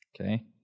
Okay